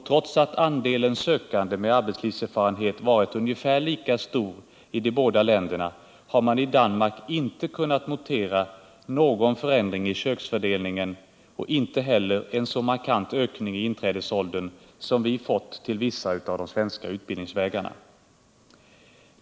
Trots att andelen sökande med arbetslivserfarenhet varit ungefär lika stor i de båda länderna har man i Danmark inte kunnat notera någon förändring i könsfördelningen och inte heller en så markant ökning av inträdesåldern som vi fått till vissa av de svenska utbildningsvägarna.